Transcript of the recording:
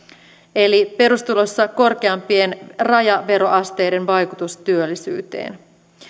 eli perustulossa korkeampien rajaveroasteiden vaikutus työllisyyteen